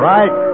Right